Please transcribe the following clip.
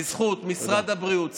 בזכות משרד הבריאות,